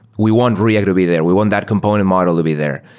we want react to be there. we want that component model to be there.